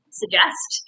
suggest